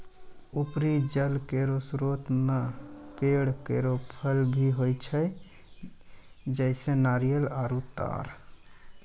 उपरी जल केरो स्रोत म पेड़ केरो फल भी होय छै, जैसें नारियल आरु तार